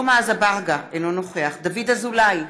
ג'מעה אזברגה, אינו נוכח דוד אזולאי,